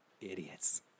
idiots